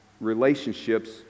relationships